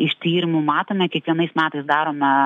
iš tyrimų matome kiekvienais metais darome